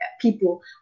people